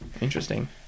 Interesting